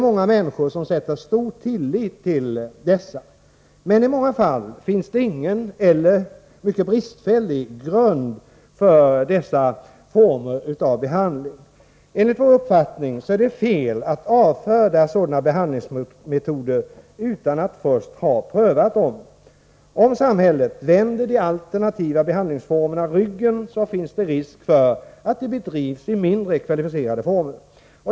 Många människor sätter stor tillit till dessa, men i många fall finns det ingen eller mycket bristfällig grund för dessa behandlingsformer. Enligt vår uppfattning är det fel att avfärda sådana behandlingsmetoder utan att först ha prövat dem. Om samhället vänder de alternativa behandlingsformerna ryggen finns det risk för att de bedrivs i mindre kvalificerade former.